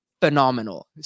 phenomenal